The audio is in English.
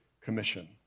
Commission